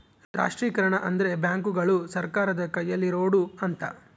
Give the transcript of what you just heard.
ರಾಷ್ಟ್ರೀಕರಣ ಅಂದ್ರೆ ಬ್ಯಾಂಕುಗಳು ಸರ್ಕಾರದ ಕೈಯಲ್ಲಿರೋಡು ಅಂತ